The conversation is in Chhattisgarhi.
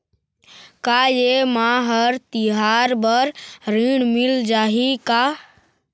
का ये मा हर तिहार बर ऋण मिल जाही का?